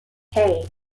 hey